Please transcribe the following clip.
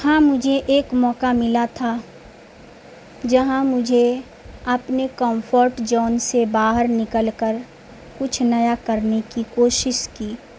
ہاں مجھے ایک موقع ملا تھا جہاں مجھے اپنے کمفرٹ جون سے باہر نکل کر کچھ نیا کرنے کی کوشش کی